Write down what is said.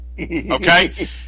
Okay